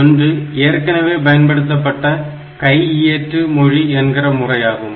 ஒன்று ஏற்கனவே பயன்படுத்தப்பட்ட கையியற்று மொழி என்கிற முறையாகும்